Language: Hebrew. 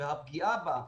הדבר הזה